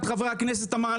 אחד מחברי הכנסת אמר,